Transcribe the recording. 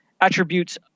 attributes